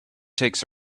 takes